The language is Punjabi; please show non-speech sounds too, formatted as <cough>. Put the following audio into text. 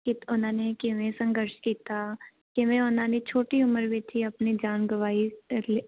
ਕਿਤ ਉਹਨਾਂ ਨੇ ਕਿਵੇਂ ਸੰਘਰਸ਼ ਕੀਤਾ ਕਿਵੇਂ ਉਹਨਾਂ ਨੇ ਛੋਟੀ ਉਮਰ ਵਿੱਚ ਹੀ ਆਪਣੀ ਜਾਨ ਗਵਾਈ <unintelligible>